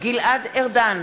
גלעד ארדן,